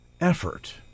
effort